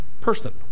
person